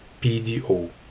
PDO